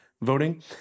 voting